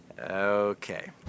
Okay